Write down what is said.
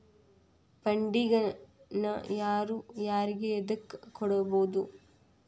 Funding ನ ಯಾರು ಯಾರಿಗೆ ಎದಕ್ಕ್ ಕೊಡ್ಬೊದು?